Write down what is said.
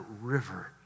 river